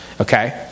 Okay